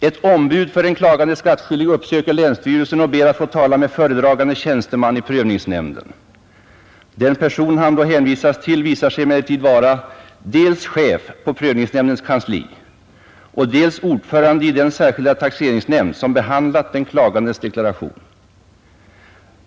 Ett ombud för en klagande skattskyldig uppsöker länsstyrelsen och ber att få tala med föredragande tjänsteman i prövningsnämnden, Den person han hänvisas till visar sig emellertid vara dels chef på prövningsnämndens kansli, dels ordförande i den särskilda taxeringsnämnd som behandlat den klagandes deklaration.